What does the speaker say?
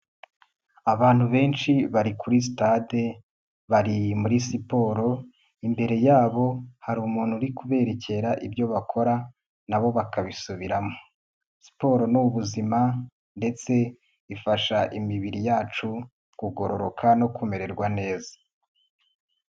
Abantu benshi bari kuri sitade, bari muri siporo, imbere yabo hari umuntu uri kuberekera ibyo bakora nabo bakabisubiramo, siporo n'ubu ubuzima ndetse ifasha imibiri yacu, kugororoka no kumererwa neza.